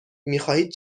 میخواهید